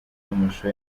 n’amashusho